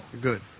Good